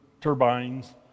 turbines